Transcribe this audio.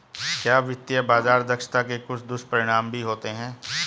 क्या वित्तीय बाजार दक्षता के कुछ दुष्परिणाम भी होते हैं?